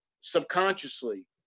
subconsciously